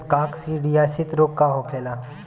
काकसिडियासित रोग का होखेला?